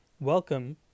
Welcome